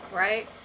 right